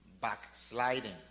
backsliding